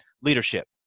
leadership